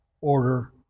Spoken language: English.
order